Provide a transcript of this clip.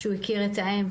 הוא הכיר את האם,